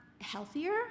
healthier